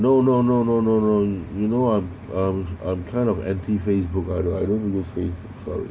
no no no no no no you know I'm I'm I'm kind of anti facebook I don't I don't use facebook sorry